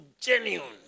genuine